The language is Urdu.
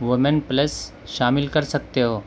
ویمن پلس شامل کر سکتے ہو